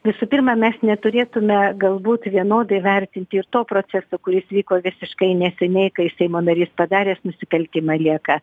visų pirma mes neturėtume galbūt vienodai vertinti ir to proceso kuris vyko visiškai neseniai kai seimo narys padaręs nusikaltimą lieka